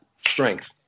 strength